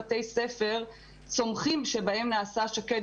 בתי ספר צומחים שבהם נעשה שקד.